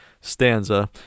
stanza